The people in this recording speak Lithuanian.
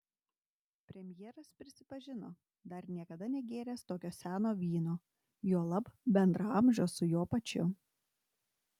premjeras prisipažino dar niekada negėręs tokio seno vyno juolab bendraamžio su juo pačiu